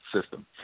system